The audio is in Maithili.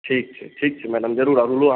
ठीक छै ठीक छै मैडम जरूर आबू अहाँ